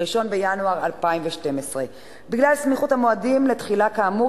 1 בינואר 2012. בגלל סמיכות המועדים לתחילה כאמור,